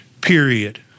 period